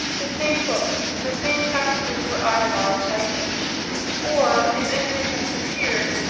the same books, the same passages were idolized by each or if any difference appeared,